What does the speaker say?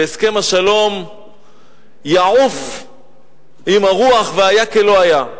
והסכם השלום יעוף עם הרוח והיה כלא היה.